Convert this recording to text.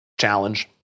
Challenge